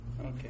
Okay